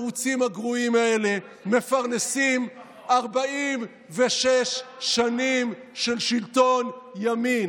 התירוצים הגרועים האלה מפרנסים 46 שנים של שלטון ימין.